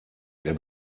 der